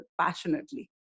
passionately